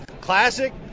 classic